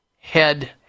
head